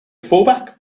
fullback